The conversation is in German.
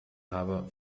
habe